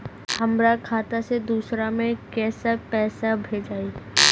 हमरा खाता से दूसरा में कैसे पैसा भेजाई?